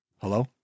Hello